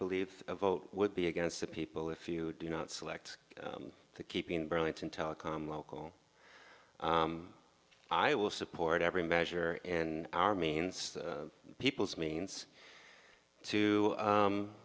believe a vote would be against the people if you do not select keeping burlington telecom local i will support every measure and our means the people's means to u